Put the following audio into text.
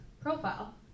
profile